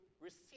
receive